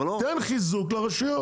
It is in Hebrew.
תן חיזוק לרשויות.